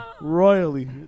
Royally